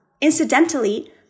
incidentally